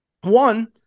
One-